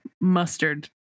mustard